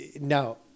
Now